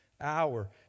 hour